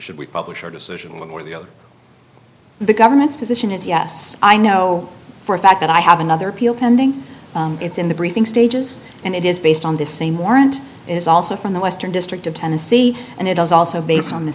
should we publish our decision or the other the government's position is yes i know for a fact that i have another peal pending it's in the briefing stages and it is based on the same warrant is also from the western district of tennessee and it is also based on the